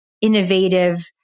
innovative